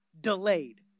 delayed